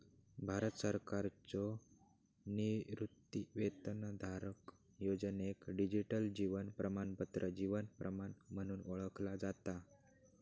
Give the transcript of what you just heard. भारत सरकारच्यो निवृत्तीवेतनधारक योजनेक डिजिटल जीवन प्रमाणपत्र जीवन प्रमाण म्हणून ओळखला जाता